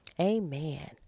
Amen